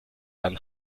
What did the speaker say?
jan